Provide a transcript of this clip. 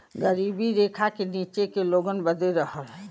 गरीबी रेखा के नीचे के लोगन बदे रहल